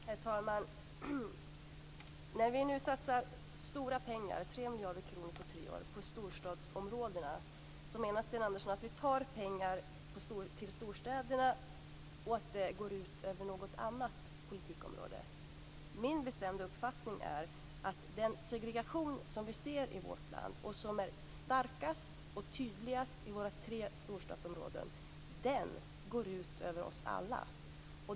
Herr talman! När vi nu satsar stora pengar - 3 miljarder kronor på tre år - på storstadsområdena menar Sten Andersson att det går ut över något annat politikområde. Min bestämda uppfattning är att den segregation som vi ser i vårt land, som är starkast och tydligast i våra tre storstadsområden, går ut över oss alla.